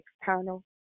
external